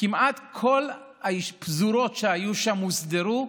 כמעט כל הפזורות שהיו שם הוסדרו,